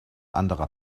anderer